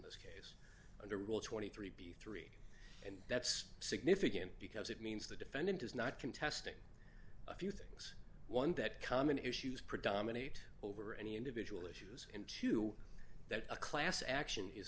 this case under rule twenty three b three and that's significant because it means the defendant is not contesting a few things one that common issues predominate over any individual issues into that a class action is